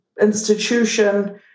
institution